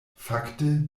fakte